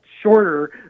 shorter